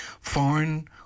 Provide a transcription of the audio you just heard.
foreign